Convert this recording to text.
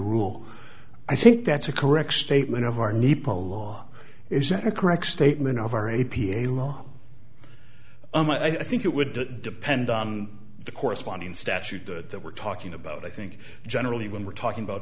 rule i think that's a correct statement of our nepa law is that a correct statement of our a p a law and i think it would depend on the corresponding statute that we're talking about i think generally when we're talking about